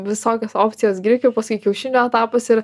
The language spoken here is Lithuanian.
visokios opcijos grikių paskui kiaušinių etapas ir